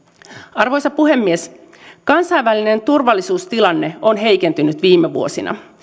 arvoisa puhemies kansainvälinen turvallisuustilanne on heikentynyt viime vuosina